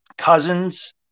cousins